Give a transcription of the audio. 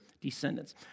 descendants